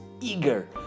eager